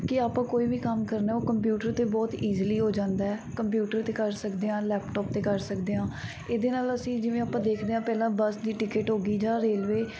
ਕਿ ਆਪਾਂ ਕੋਈ ਵੀ ਕੰਮ ਕਰਨਾ ਉਹ ਕੰਪਿਊਟਰ 'ਤੇ ਬਹੁਤ ਈਜਲੀ ਹੋ ਜਾਂਦਾ ਕੰਪਿਊਟਰ 'ਤੇ ਕਰ ਸਕਦੇ ਹਾਂ ਲੈਪਟੋਪ 'ਤੇ ਕਰ ਸਕਦੇ ਹਾਂ ਇਹਦੇ ਨਾਲ ਅਸੀਂ ਜਿਵੇਂ ਆਪਾਂ ਦੇਖਦੇ ਹਾਂ ਪਹਿਲਾਂ ਬੱਸ ਦੀ ਟਿਕਟ ਹੋ ਗਈ ਜਾਂ ਰੇਲਵੇ